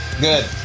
Good